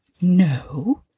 No